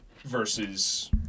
versus